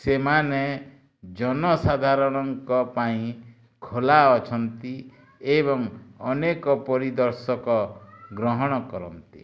ସେମାନେ ଜନସାଧାରଣଙ୍କ ପାଇଁ ଖୋଲା ଅଛନ୍ତି ଏବଂ ଅନେକ ପରିଦର୍ଶକ ଗ୍ରହଣ କରନ୍ତି